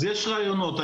יש רעיונות.